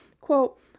quote